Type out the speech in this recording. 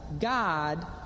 God